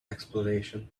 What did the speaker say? exploration